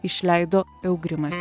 išleido eugrimas